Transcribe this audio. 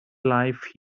life